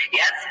yes